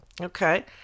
Okay